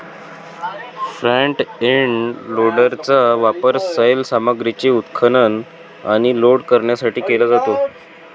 front end लोडरचा वापर सैल सामग्रीचे उत्खनन आणि लोड करण्यासाठी केला जातो